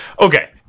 Okay